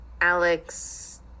Alex